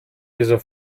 dieser